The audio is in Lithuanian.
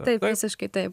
taip visiškai taip